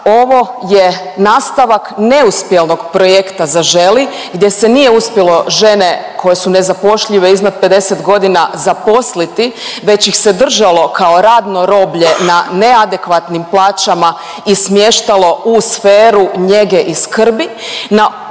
ovo je nastavak neuspjelog projekta „Zaželi“ gdje se nije uspjelo žene koje su nezapošljive iznad 50.g. zaposliti već ih se držalo kao radno roblje na neadekvatnim plaćama i smještalo u sferu njege i skrbi.